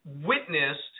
witnessed